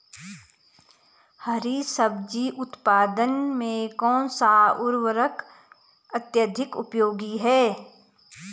हरी सब्जी उत्पादन में कौन सा उर्वरक अत्यधिक उपयोगी है?